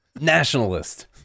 Nationalist